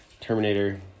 terminator